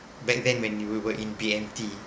back then when we were in B_M_T